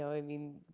i mean